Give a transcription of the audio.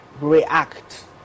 react